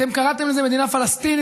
אתם קראתם לזה מדינה פלסטינית,